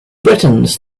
britons